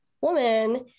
woman